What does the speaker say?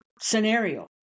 scenario